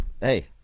Hey